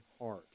heart